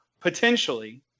potentially